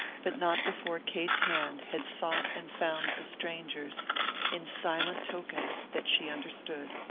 but not before kate's hand had sought and found the stranger's in silent token that she understood.